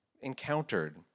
encountered